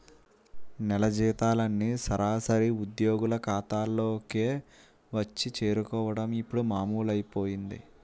నెల జీతాలన్నీ సరాసరి ఉద్యోగుల ఖాతాల్లోకే వచ్చి చేరుకోవడం ఇప్పుడు మామూలైపోయింది